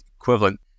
equivalent